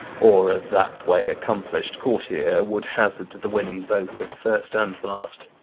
or a that-way-accomplish'd courtier, would hazard the winning both of first and last.